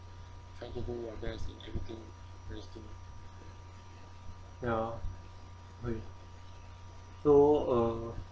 ya so uh